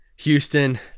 Houston